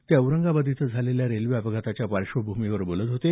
ते औरंगाबाद इथं झालेल्या रेल्वे अपघाताच्या पार्श्वभूमीवर बोलत होते